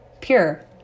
pure